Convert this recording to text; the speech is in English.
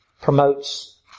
promotes